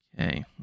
Okay